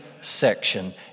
section